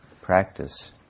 practice